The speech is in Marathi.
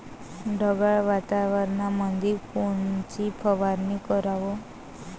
ढगाळ वातावरणामंदी कोनची फवारनी कराव?